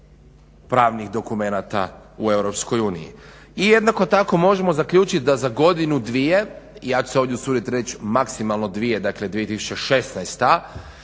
pravnih dokumenata u EU. I jednako tako možemo zaključiti da za godinu, dvije ja ću se ovdje usudit reć maksimalno dvije, dakle 2016.